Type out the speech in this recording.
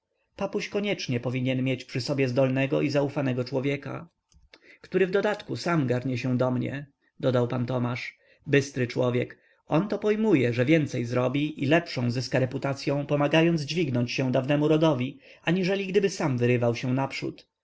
papuś koniecznie powinien mieć przy sobie zdolnego i zaufanego człowieka który w dodatku sam garnie się do mnie dodał pan tomasz bystry człowiek onto pojmuje że więcej zrobi i lepszą zyska reputacyą pomagając dźwignąć się dawnemu rodowi aniżeli gdyby sam wyrywał się naprzód